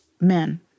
men